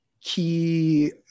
key